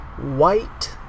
white